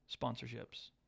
sponsorships